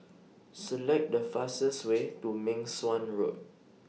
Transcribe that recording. Select The fastest Way to Meng Suan Road